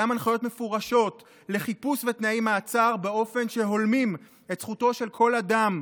גם הנחיות מפורשות לחיפוש ותנאי מעצר באופן שהולמים את זכותו של כל אדם,